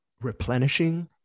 replenishing